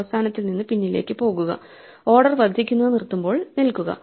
അവസാനത്തിൽ നിന്ന് പിന്നിലേക്ക് പോകുക ഓർഡർ വർദ്ധിക്കുന്നത് നിർത്തുമ്പോൾ നിൽക്കുക